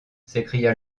s’écria